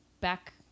back